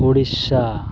Odisha